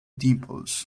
dimples